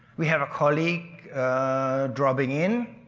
we have a colleague dropping in,